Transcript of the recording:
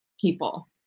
people